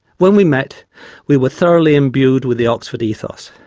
when we met we were thoroughly imbued with the oxford ethos.